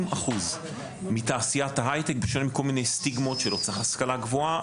יש כל מיני סטיגמות שלא צריך השכלה גבוהה,